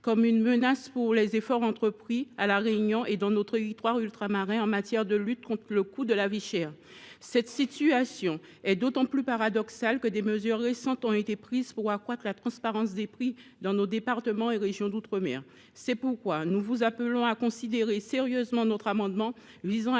comme une menace pour les efforts entrepris à La Réunion et dans les territoires ultramarins en général pour lutter contre le coût de la vie chère. Cette situation est d’autant plus paradoxale que plusieurs mesures récentes ont été prises pour accroître la transparence des prix dans nos départements et régions d’outre mer (Drom). C’est pourquoi nous vous appelons à considérer sérieusement cet amendement visant à